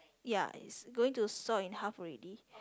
ya he's going to saw in half already